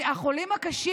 החולים קשה,